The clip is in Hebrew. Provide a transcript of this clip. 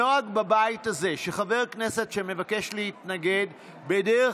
הנוהג בבית הזה הוא שחבר כנסת שמבקש להתנגד בדרך